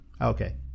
Okay